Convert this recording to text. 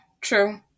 true